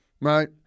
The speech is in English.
right